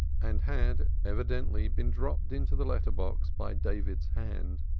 and had evidently been dropped into the letter-box by david's hand.